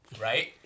right